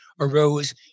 arose